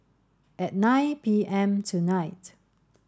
at nine P M tonight